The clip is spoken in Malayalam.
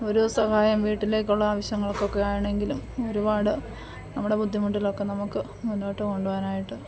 ഒരു സഹായം വീട്ടിലേക്കുള്ള ആവശ്യങ്ങൾക്കൊക്കെ ആണെങ്കിലും ഒരുപാട് നമ്മുടെ ബുദ്ധിമുട്ടിലൊക്കെ നമുക്ക് മുന്നോട്ട് കൊണ്ടുപോകാനായിട്ട്